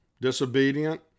disobedient